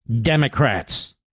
Democrats